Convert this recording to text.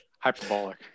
hyperbolic